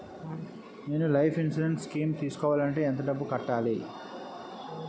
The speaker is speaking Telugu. నేను లైఫ్ ఇన్సురెన్స్ స్కీం తీసుకోవాలంటే ఎంత డబ్బు కట్టాలి?